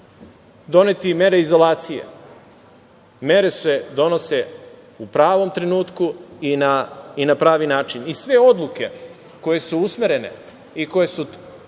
doneti mere izolacije. Mere se donose u pravom trenutku i na pravi način. I sve odluke koje su usmerene i koje su